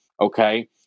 okay